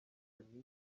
mwinshi